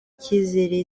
kizere